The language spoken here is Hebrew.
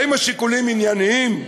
האם השיקולים ענייניים?